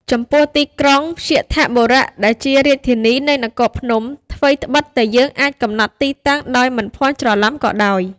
ចំពោះទីក្រុង វ្យាធបុរៈ ដែលជារាជធានីនៃ នគរភ្នំ ថ្វីត្បិតតែយើងអាច កំណត់ទីតាំងដោយមិនភ័ន្តច្រឡំក៏ដោយ។